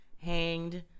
Hanged